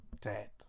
dead